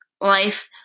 life